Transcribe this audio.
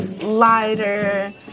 lighter